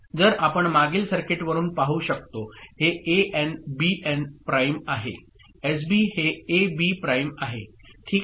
जर आपण मागील सर्किटवरुन पाहू शकतो हे एएन बीएन प्राइम आहे एसबी हे ए बी प्राइम आहे ठीक आहे